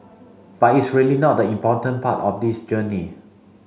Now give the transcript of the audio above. but it's really not the important part of this journey